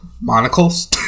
Monocles